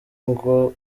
ngo